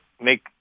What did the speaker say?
make